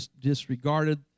disregarded